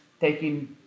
taking